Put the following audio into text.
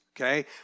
okay